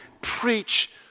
preach